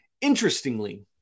Interestingly